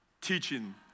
teaching